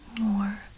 more